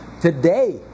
today